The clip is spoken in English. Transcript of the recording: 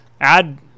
add